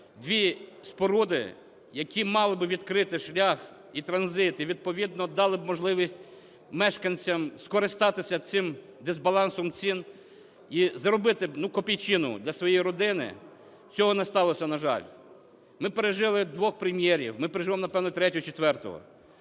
дві споруди, які мали би відкрити шлях і транзит, і відповідно дали би можливість мешканцям скористатися цим дисбалансом цін і заробити копійчину для своєї родини, цього не сталося, на жаль. Ми пережили двох прем'єрів, ми переживемо, напевне, третього і четвертого,